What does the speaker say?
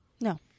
No